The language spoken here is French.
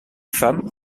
femme